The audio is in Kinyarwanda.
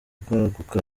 kwaguka